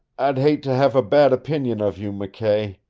i'd hate to have a bad opinion of you, mckay.